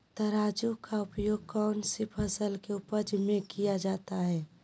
तराजू का उपयोग कौन सी फसल के उपज में किया जाता है?